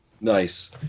Nice